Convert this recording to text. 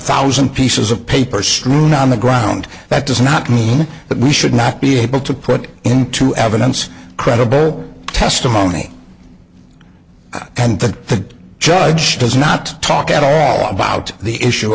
thousand pieces of paper strewn on the ground that does not mean that we should not be able to put into evidence credible testimony and the judge does not talk at all about the issue